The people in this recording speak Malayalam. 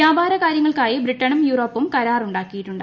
വ്യാപാര കാര്യങ്ങൾക്കായി ബ്രിട്ടനും യൂറോപ്പും കരാറുണ്ടാക്കിയിട്ടുണ്ട്